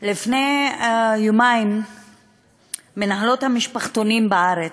לפני יומיים מנהלות המשפחתונים בארץ,